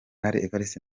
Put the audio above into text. evariste